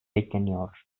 bekleniyor